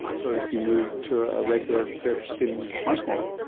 so you move to ah red haired, fair skinned mouse model.